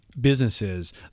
businesses